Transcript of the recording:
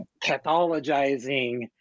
pathologizing